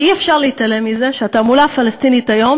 כי אי-אפשר להתעלם מזה שהתעמולה הפלסטינית היום